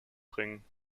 bringen